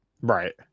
right